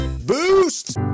Boost